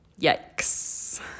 Yikes